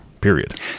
period